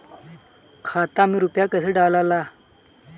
खाता में रूपया कैसे डालाला?